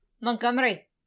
Montgomery